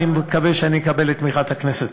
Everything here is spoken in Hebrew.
אני מקווה שאקבל את תמיכת הכנסת.